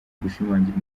gushimangira